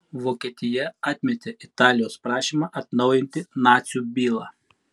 vokietija atmetė italijos prašymą atnaujinti nacių bylą